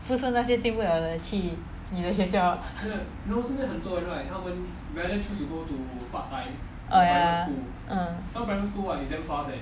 就是那些进不了的去你的学校 ah oh ya mm